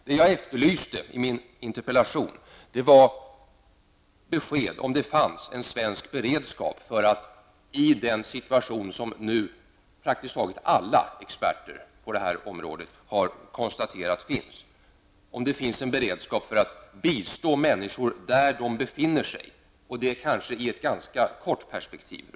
Det jag efterlyste i min interpellation var besked om det finns en svensk beredskap för att i den situation som nu praktiskt taget alla experter på det här området har konstaterat finns -- bistå människor där de befinner sig, och i ett ganska kort perspektiv.